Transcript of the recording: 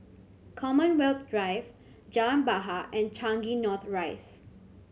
Commonwealth Drive Jalan Bahar and Changi North Rise